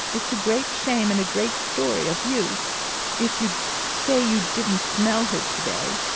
it's a great shame and a great story of you if you say you didn't smell her to-day.